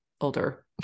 older